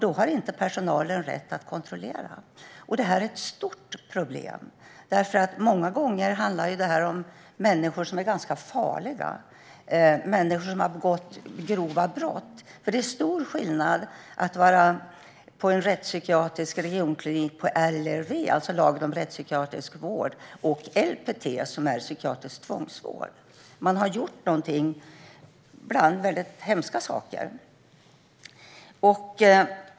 Då har personalen inte rätt att kontrollera. Detta är ett stort problem, för många gånger handlar det om människor som är ganska farliga och har begått grova brott. Det är stor skillnad mellan att vara på en rättspsykiatrisk regionklinik enligt LRV, lagen om rättspsykiatrisk vård, och enligt LPT, som gäller psykiatrisk tvångsvård. Man har gjort något, ibland väldigt hemska saker.